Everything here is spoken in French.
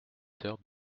heures